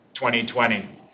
2020